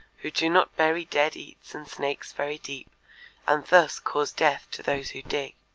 who do not bury dead eats and snakes very deep and thus cause death to those who dig